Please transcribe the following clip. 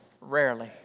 rarely